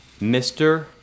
Mr